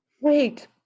Wait